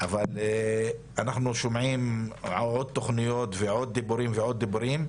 אבל אנחנו שומעים עוד תוכניות ועוד דיבורים ועוד דיבורים,